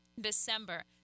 december